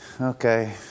Okay